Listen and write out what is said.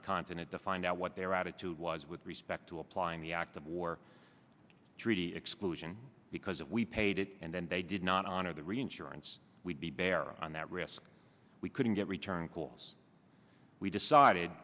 the continent to find out what their attitude was with respect to applying the act of war treaty exclusion because if we paid it and then they did not honor the reinsurance we'd be bare on that risk we couldn't get return calls we decided